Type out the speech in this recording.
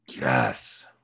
Yes